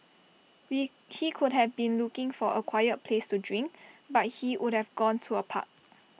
be he could have been looking for A quiet place to drink but he would have gone to A park